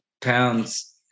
pounds